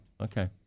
okay